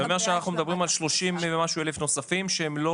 זה אומר שאנחנו מדברים על 30,000 ומשהו נוספים שהם לא